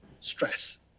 stress